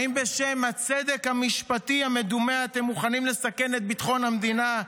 האם בשם הצדק המשפטי המדומה אתם מוכנים לסכן את ביטחון המדינה?